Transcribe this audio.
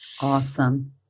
Awesome